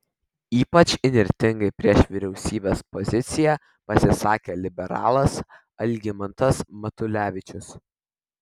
ypač įnirtingai prieš vyriausybės poziciją pasisakė liberalas algimantas matulevičius